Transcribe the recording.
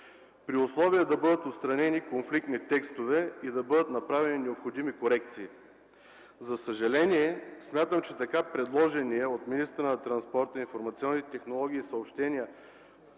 при условие да бъдат отстранени конфликтните текстове и да бъдат направени необходимите корекции. За съжаление, смятам, че така предложеният от министъра на транспорта, информационните технологии и съобщенията